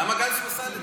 למה גנץ פסל את זה?